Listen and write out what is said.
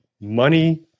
money